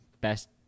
best